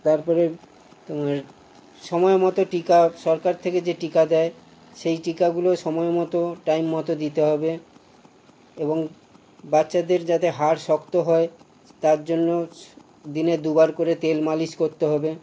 তারপরে তোমার সময়মতো টিকা সরকার থেকে যে টিকা দেয় সেই টিকাগুলো সময়মতো টাইমমতো দিতে হবে এবং বাচ্চাদের যাতে হাড় শক্ত হয় তার জন্য স দিনে দুবার করে তেল মালিশ করতে হবে